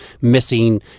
missing